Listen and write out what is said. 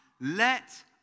let